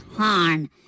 horn